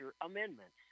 amendments